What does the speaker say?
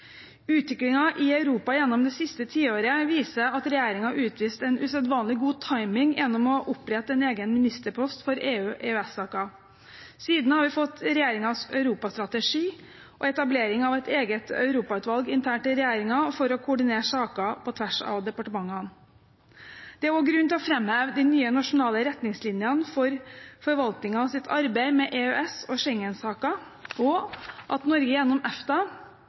i Europa det siste året viser at regjeringen har utvist en usedvanlig god timing gjennom å opprette en egen ministerpost for EU/EØS-saker. Siden har vi fått regjeringens europastrategi og etablering av et eget europautvalg internt i regjeringen for å koordinere saker på tvers av departementene. Det er også grunn til å framheve de nye nasjonale retningslinjene for forvaltningens arbeid med EØS- og Schengen-saker, og at Norge gjennom EFTA